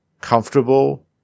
comfortable